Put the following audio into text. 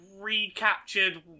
recaptured